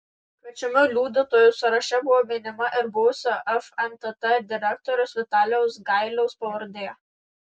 kviečiamų liudytojų sąraše buvo minima ir buvusio fntt direktoriaus vitalijaus gailiaus pavardė